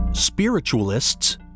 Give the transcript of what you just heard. Spiritualists